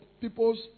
people's